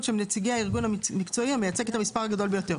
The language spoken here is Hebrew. שהם נציגי הארגון המקצועי המייצג את המספר הגדול ביותר.